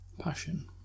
Passion